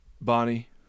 bonnie